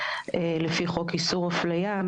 לפי חוק איסור הפליה,